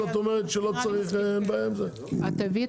מדובר